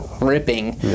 ripping